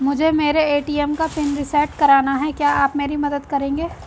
मुझे मेरे ए.टी.एम का पिन रीसेट कराना है क्या आप मेरी मदद करेंगे?